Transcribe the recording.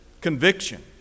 conviction